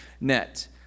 net